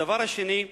הדבר השני הוא